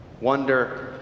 wonder